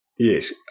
Yes